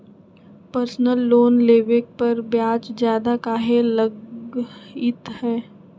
Personal loan लेबे पर ब्याज ज्यादा काहे लागईत है?